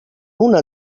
una